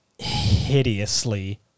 hideously